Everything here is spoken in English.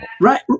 Right